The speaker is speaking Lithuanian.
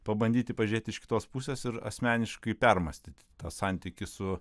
pabandyti pažiūrėti iš kitos pusės ir asmeniškai permąstyti tą santykį su